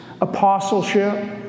apostleship